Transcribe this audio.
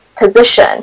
position